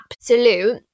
absolute